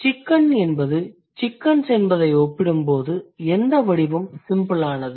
chicken மற்றும் chickens என்பதை ஒப்பிடும்போது எந்த வடிவம் சிம்பிளானது